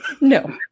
No